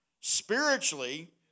Spiritually